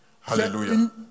Hallelujah